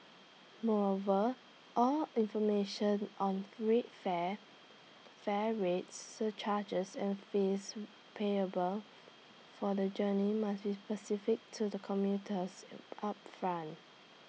moreover all information on free fare fare rates surcharges and fees payable for the journey must be specified to the commuters upfront